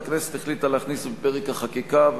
הכנסת החליטה להכניס בפרק החקיקה,